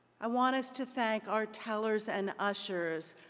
i want us to thank our tellers and ushers.